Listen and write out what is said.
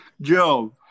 joe